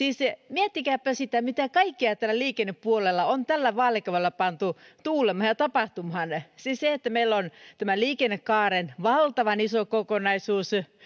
miettikääpä sitä mitä kaikkea liikennepuolella on tällä vaalikaudella pantu tuulemaan ja tapahtumaan siis meillä on tämä liikennekaaren valtavan iso kokonaisuus